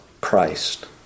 Christ